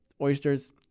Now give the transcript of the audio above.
Oysters